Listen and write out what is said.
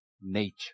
nature